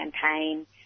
campaign